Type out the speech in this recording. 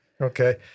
Okay